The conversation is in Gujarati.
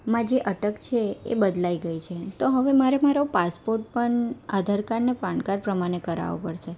માં જે અટક છે એ બદલાઈ ગઈ છે તો હવે મારે મારો પાસપોર્ટ પણ આધાર કાર્ડને પાન કાર્ડ પ્રમાણે કરાવવો પડશે